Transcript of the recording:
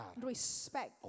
respect